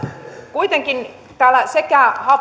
kuitenkin täällä sekä